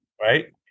right